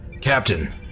Captain